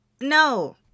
No